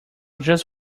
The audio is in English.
just